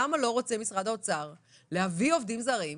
למה משרד האוצר לא רוצה להביא עובדים זרים?